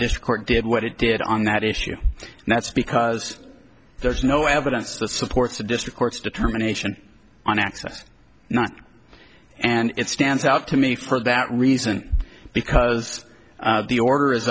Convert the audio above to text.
dish court did what it did on that issue and that's because there's no evidence that supports the district court's determination on access not and it stands out to me for that reason because the order